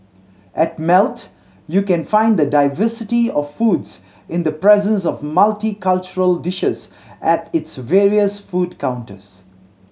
at Melt you can find the diversity of foods in the presence of multicultural dishes at its various food counters